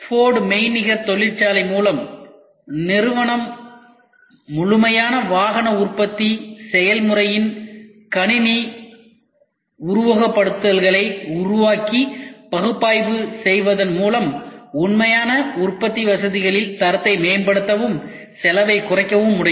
forts மெய்நிகர் தொழிற்சாலை மூலம் நிறுவனம் முழுமையான வாகன உற்பத்தி செயல்முறையின் கணினி உருவகப்படுத்துதல்களை உருவாக்கி பகுப்பாய்வு செய்வதன் மூலம் உண்மையான உற்பத்தி வசதிகளில் தரத்தை மேம்படுத்தவும் செலவைக் குறைக்கவும் முடியும்